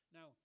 Now